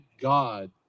God